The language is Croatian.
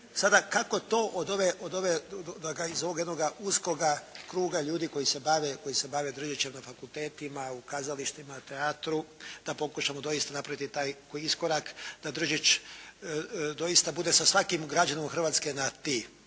sada kako to iz ovoga jednoga uskoga kruga ljudi koji se bave Držićem na fakultetima, u kazalištima, teatru da pokušamo doista napraviti taj iskorak, da Držić doista bude sa svakim građanom Hrvatske na ti,